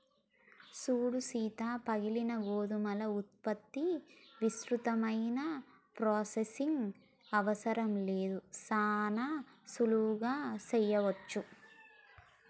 సూడు సీత పగిలిన గోధుమల ఉత్పత్తికి విస్తృతమైన ప్రొసెసింగ్ అవసరం లేదు సానా సులువుగా సెయ్యవచ్చు